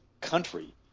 country